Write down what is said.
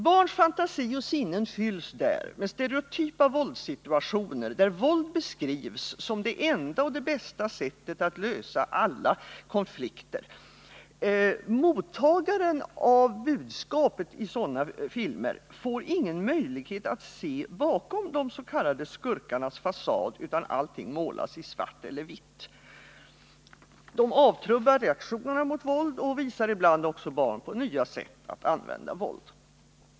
Barns fantasi och sinnen fylls med stereotypa våldssituationer, där våld beskrivs som det enda eller det bästa sättet att lösa alla konflikter. Mottagare av budskapet av sådana filmer får ingen möjlighet att se bakom de s.k. skurkarnas fasad, utan allting målas i svart och vitt. Det avtrubbar reaktionerna mot våld och visar ibland barn på nya sätt att använda våld.